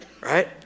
Right